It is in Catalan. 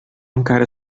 encara